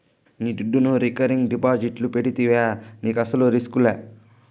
నీ దుడ్డును రికరింగ్ డిపాజిట్లు పెడితివా నీకస్సలు రిస్కులా